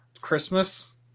christmas